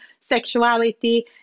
sexuality